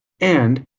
and,